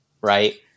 right